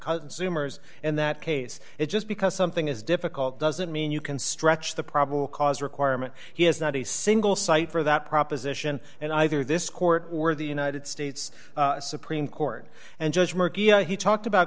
zoomers in that case it just because something is difficult doesn't mean you can stretch the probable cause requirement he has not a single cite for that proposition and either this court or the united states supreme court and judge murky you know he talked about